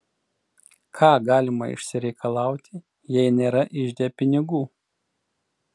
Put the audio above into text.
ką galima išsireikalauti jei nėra ižde pinigų